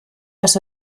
dass